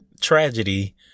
tragedy